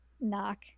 knock